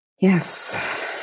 yes